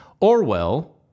Orwell